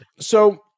So-